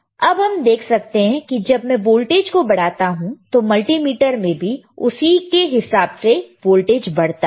तो अब हम देख सकते हैं कि जब मैं वोल्टेज को बढ़ाता हूं तो मल्टीमीटर में भी उसके हिसाब से वोल्टेज बढ़ता है